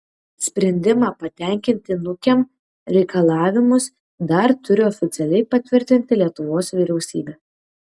sprendimą patenkinti nukem reikalavimus dar turi oficialiai patvirtinti lietuvos vyriausybė